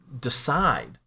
decide